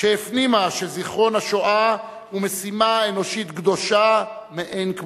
שהפנימה שזיכרון השואה הוא משימה אנושית קדושה מאין כמותה,